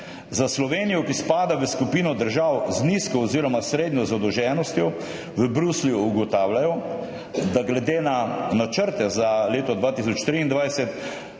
Za Slovenijo, ki spada v skupino držav z nizko oziroma srednjo zadolženostjo, v Bruslju ugotavljajo, da glede na načrte za leto 2023